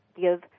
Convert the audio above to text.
give